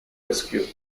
rescue